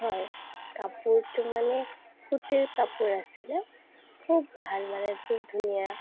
হয় কাপোৰটো মানে সুতিৰ কাপোৰ আছিলে খুব ভাল মানে খুব ধুনীয়া